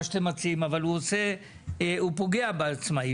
אבל הוא פוגע בעצמאים.